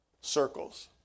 circles